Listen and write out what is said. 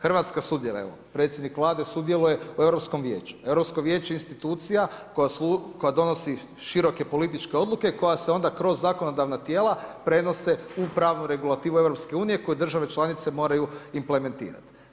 Hrvatska sudjeluje, predsjednik Vlade sudjeluje u Europskom vijeću, a Europsko vijeće je institucija koja donosi široke političke odluke koje se onda kroz zakonodavna tijela prenose u pravnu regulativu EU koju države članice moraju implementirati.